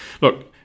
look